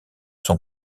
son